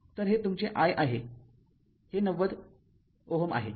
तर हे तुमचे I आहे हे ९० Ω आहे